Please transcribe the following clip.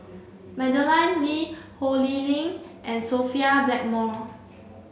Madeleine Lee Ho Lee Ling and Sophia Blackmore